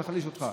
מחליש אותך,